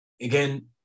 Again